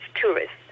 tourists